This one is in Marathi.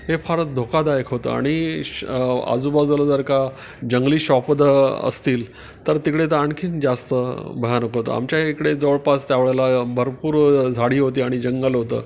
हे फार धोकादायक होतं आणि श आजूबाजूला जर का जंगली श्वापदं असतील तर तिकडे त आणखीन जास्त भयानक होतं आमच्या इकडे जवळपास त्या वेळेला भरपूर झाडी होती आणि जंगल होतं